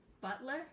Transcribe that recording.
Butler